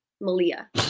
malia